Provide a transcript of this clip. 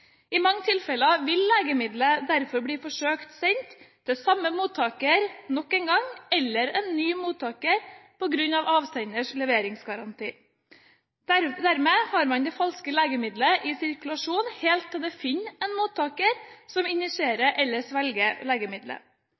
I mange tilfeller vil legemidlet derfor bli forsøkt sendt til samme mottaker nok en gang, eller til en ny mottaker, på grunn av avsenders leveringsgaranti. Dermed har man det falske legemidlet i sirkulasjon helt til det finner en mottaker som injiserer eller svelger legemidlet.